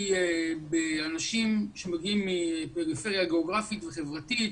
באנשים שמגיעים מפריפריה גאוגרפית וחברתית,